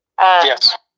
Yes